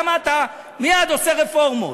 גם אתה מייד עושה רפורמות.